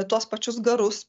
tuos pačius garus